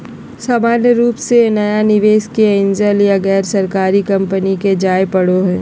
सामान्य रूप से नया निवेशक के एंजल या गैरसरकारी कम्पनी मे जाय पड़ो हय